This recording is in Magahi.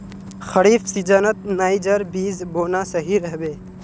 खरीफ सीजनत नाइजर बीज बोना सही रह बे